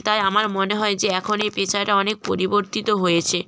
তাই আমার মনে হয় যে এখন এই পেশাটা অনেক পরিবর্তিত হয়েছে